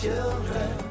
children